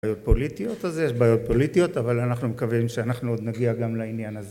פוליטיות, אז יש בעיות פוליטיות, אבל אנחנו מקווים שאנחנו עוד נגיע גם לעניין הזה